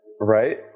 right